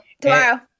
tomorrow